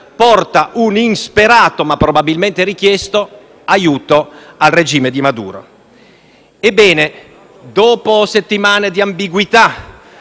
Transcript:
porta un insperato - ma probabilmente richiesto - aiuto al regime di Maduro. Ebbene, dopo settimane di ambiguità,